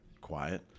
quiet